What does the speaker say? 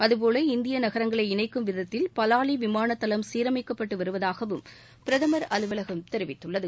அதுபோல இந்திய நகரங்களை இணைக்கும் விதத்தில் பவாலி விமான தளம் சீரமைக்கப்பட்டு வருவதாகவும் தெரிவிக்கப்பட்டுள்ளது